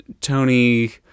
Tony